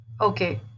Okay